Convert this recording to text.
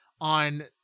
on